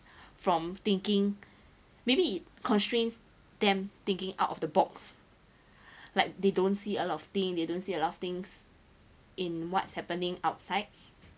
from thinking maybe constrains them thinking out of the box like they don't see a lot of thing they don't see a lot of things in what's happening outside